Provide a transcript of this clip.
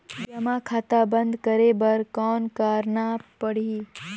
जमा खाता बंद करे बर कौन करना पड़ही?